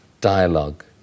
dialogue